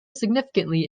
significantly